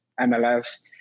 MLS